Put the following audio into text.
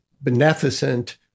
beneficent